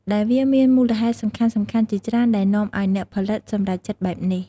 ដែលវាមានមូលហេតុសំខាន់ៗជាច្រើនដែលនាំឱ្យអ្នកផលិតសម្រេចចិត្តបែបនេះ។